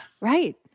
Right